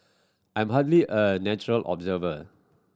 I am hardly a neutral observer